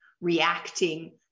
reacting